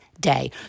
day